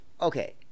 Okay